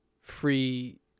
free